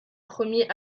premier